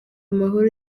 amahoro